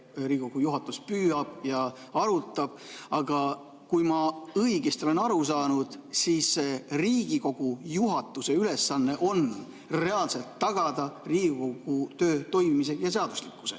Riigikogu juhatus püüab ja arutab, aga kui ma õigesti olen aru saanud, siis Riigikogu juhatuse ülesanne on reaalselt tagada Riigikogu töö toimimine ja seaduslikkus.